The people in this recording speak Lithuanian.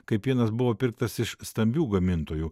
kaip pienas buvo pirktas iš stambių gamintojų